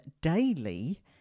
daily